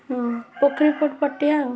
ହଁ ପୋଖରୀପୁଟ୍ ପଟିଆ ଆଉ